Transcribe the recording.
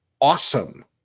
awesome